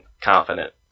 confident